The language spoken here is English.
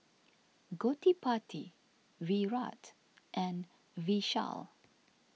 Gottipati Virat and Vishal